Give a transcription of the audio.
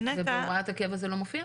ובהוראת הקבע זה לא מופיע?